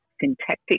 syntactic